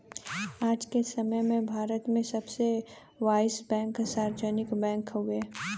आज के समय में भारत में सब बाईस बैंक सार्वजनिक बैंक हउवे